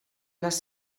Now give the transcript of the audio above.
les